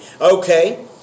Okay